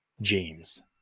James